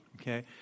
okay